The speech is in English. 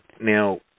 Now